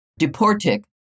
Deportic